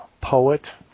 poet